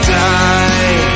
die